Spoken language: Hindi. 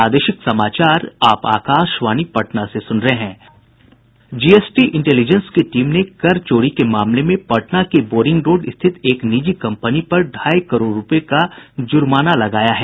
जीएसटी इंटेलिजेंस की टीम ने कर चोरी के मामले में पटना के बोरिंग रोड स्थित एक निजी कम्पनी पर ढ़ाई करोड़ रूपये का जुर्माना लगाया है